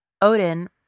Odin